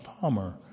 Palmer